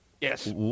Yes